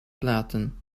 platen